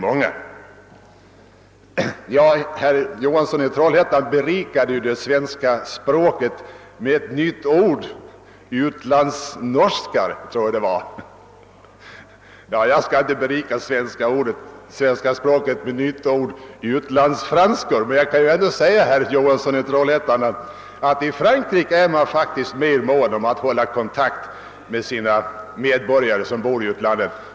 Herr Johansson i Trollhättan berikade det svenska språket med ett nytt ord: utlandsnorskar. Jag vill inte gärna berika språket med ytterligare ett nytt ord: utlandsfranskor. Jag vill dock framhålla, att man i Frankrike är mer mån om att hålla kontakt med de franska medborgare som bor i utlandet.